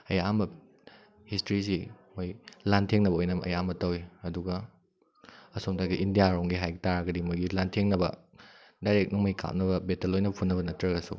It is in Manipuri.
ꯑꯌꯥꯝꯕ ꯍꯤꯁꯇ꯭ꯔꯤꯁꯤ ꯑꯩꯈꯣꯏ ꯂꯥꯟꯊꯦꯟꯅꯕ ꯑꯣꯏꯅ ꯑꯌꯥꯝꯕ ꯇꯧꯏ ꯑꯗꯨꯒ ꯑꯁꯣꯝꯗꯒꯤ ꯏꯟꯗꯤꯌꯥ ꯔꯣꯝꯒꯤ ꯍꯥꯏ ꯇꯥꯔꯒꯗꯤ ꯃꯣꯏꯒꯤ ꯂꯥꯟꯊꯦꯡꯅꯕ ꯗꯥꯏꯔꯦꯛ ꯅꯣꯡꯃꯩ ꯀꯥꯞꯅꯕ ꯕꯦꯇꯜ ꯑꯣꯏꯅ ꯐꯨꯅꯕ ꯅꯠꯇ꯭ꯔꯒꯁꯨ